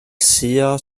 suo